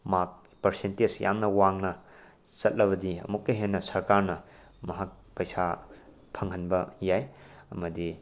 ꯃꯥꯛ ꯄꯥꯔꯁꯦꯟꯇꯦꯖ ꯌꯥꯝꯅ ꯋꯥꯡꯅ ꯆꯠꯂꯕꯗꯤ ꯑꯃꯨꯛꯀ ꯍꯦꯟꯅ ꯁ꯭ꯔꯀꯥꯔꯅ ꯃꯍꯥꯛ ꯄꯩꯁꯥ ꯐꯪꯍꯟꯕ ꯌꯥꯏ ꯑꯃꯗꯤ